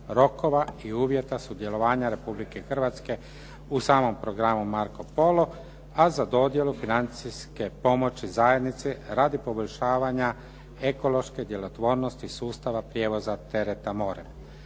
rokova i uvjeta sudjelovanja Republike Hrvatske u samom programu "Marco Polo", a za dodjelu financijske pomoći zajednici radi poboljšavanja ekološke djelotvornosti sustava prijevoza tereta morem.